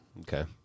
Okay